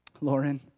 Lauren